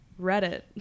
Reddit